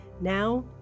Now